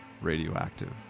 radioactive